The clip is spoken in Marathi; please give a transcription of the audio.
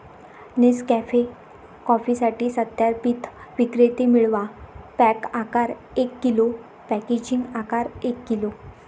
नेसकॅफे कॉफीसाठी सत्यापित विक्रेते मिळवा, पॅक आकार एक किलो, पॅकेजिंग आकार एक किलो